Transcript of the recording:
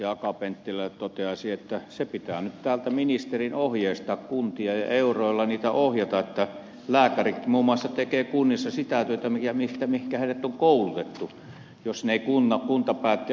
akaan penttilälle toteaisin että nyt pitää täältä ministerin ohjeistaa kuntia ja euroilla niitä ohjata että lääkärit muun muassa tekevät kunnissa sitä työtä mihinkä heidät on koulutettu jos eivät kuntapäättäjät nyt ymmärrä sitä